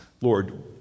Lord